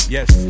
Yes